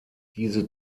diese